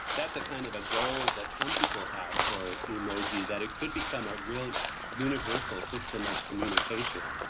that's a kind of a goal that some people have for emoji, that it could become a real universal system of communication.